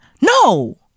no